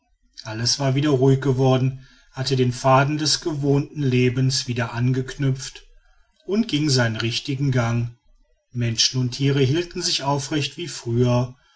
alles war wieder ruhig geworden hatte den faden des gewohnten lebens wieder angeknüpft und ging seinen richtigen gang menschen und thiere hielten sich aufrecht wie früher